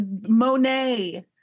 Monet